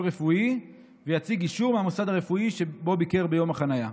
רפואי ויציג אישור מהמוסד הרפואי שבו ביקר ביום החניה.